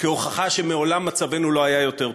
כהוכחה לכך שמעולם מצבנו לא היה יותר טוב.